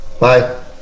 Bye